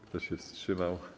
Kto się wstrzymał?